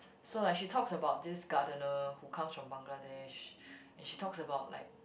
so like she talks about this gardener who comes from Bangladesh and she talks about like